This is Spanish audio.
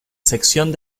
sección